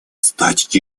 стать